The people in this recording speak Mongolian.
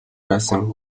байсан